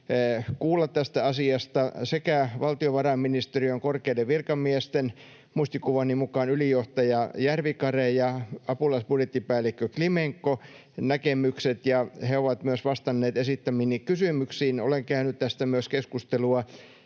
kuulla tästä asiasta valtiovarainministeriön korkeiden virkamiesten — muistikuvani mukaan ylijohtaja Järvikare ja apulaisbudjettipäällikkö Klimenko — näkemykset, ja he ovat myös vastanneet esittämiini kysymyksiin. Olen käynyt tästä myös keskustelua